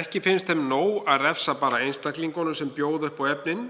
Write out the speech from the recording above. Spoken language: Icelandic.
Ekki finnst þeim nóg að refsa bara einstaklingunum sem bjóða upp á efnin.